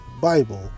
bible